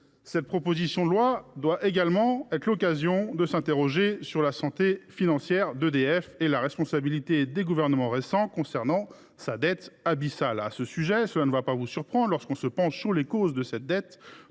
Cette proposition de loi doit également être l’occasion de s’interroger sur la santé financière d’EDF et sur la responsabilité des gouvernements récents concernant sa dette abyssale. Cette observation ne vous étonnera guère de ma part : quand on se penche sur les causes de cette dette,